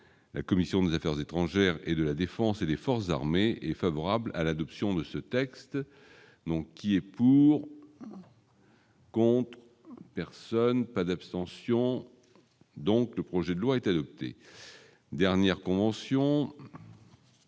la commission des affaires étrangères et de la Défense et des forces armées et favorable à l'adoption de ce. Texte donc qui est pour qu'on ne trouve personne, pas d'abstention donc le projet de loi est adopté, dernière convention.